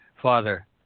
Father